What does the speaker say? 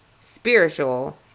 spiritual